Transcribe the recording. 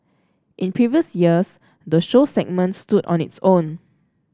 in previous years the show segment stood on its own